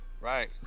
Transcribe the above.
Right